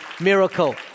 miracle